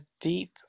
deep